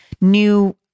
new